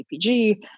cpg